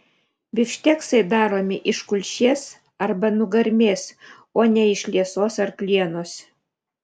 bifšteksai daromi iš kulšies arba nugarmės o ne iš liesos arklienos